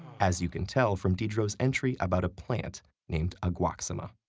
as you can tell from diderot's entry about a plant named aguaxima.